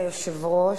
אדוני היושב-ראש,